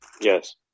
Yes